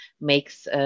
makes